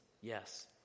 yes